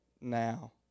now